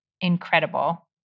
incredible